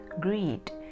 Greed